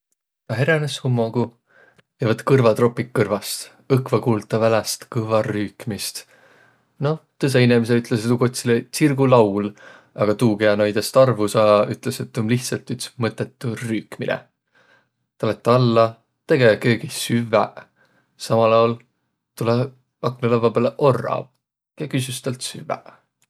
Tä heränes hummogu ja võtt kõrvatropiq kõrvast. Õkva kuuld tä väläst kõvva rüükmist. Noh, tõõsõq inemiseq ütleseq tuu kotsilõ – tsirgulaul, a tuu, kiä noidõst arvo saa, ütles, et tuu om lihtsält üts mõttõtu rüükmine. Tä lätt alla, tege köögih süvväq. Samal aol tulõ aknõlavva pääle orrav ja küsüs tält süvväq.